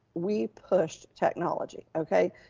we pushed technology okay.